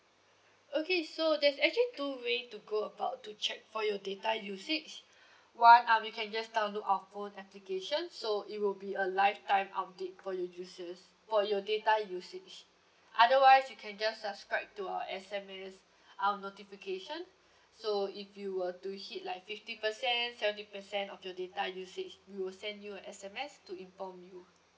okay so there's actually two way to go about to check for your data usage one um you can just download of our phone application so it will be a lifetime update for your uses for your data usage otherwise you can just subscribe to our S_M_S our notification so if you were to hit like fifty percent seventy percent of your data usage we will send you a S_M_S to inform you